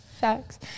Facts